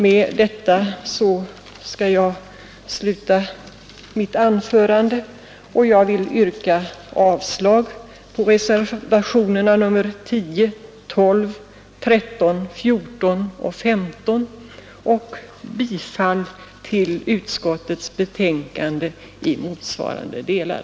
Med detta skall jag sluta mitt anförande, och jag vill yrka avslag på reservationerna 10, 12, 13, 14 och 15 och bifall till utskottets betänkande i motsvarande delar.